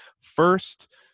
first